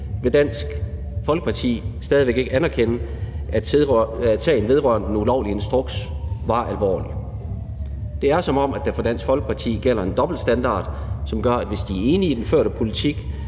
vil Dansk Folkeparti stadig væk ikke anerkende, at sagen vedrørende den ulovlige instruks var alvorlig. Det er, som om der for Dansk Folkeparti gælder en dobbeltstandard, som gør, at hvis de er enige i den førte politik,